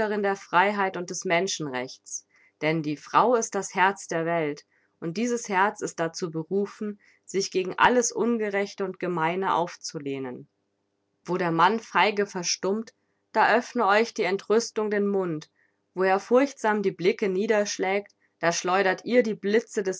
der freiheit und des menschenrechts denn die frau ist das herz der welt und dieses herz ist dazu berufen sich gegen alles ungerechte und gemeine aufzulehnen wo der mann feige verstummt da öffne euch die entrüstung den mund wo er furchtsam die blicke niederschlägt da schleudert ihr die blitze des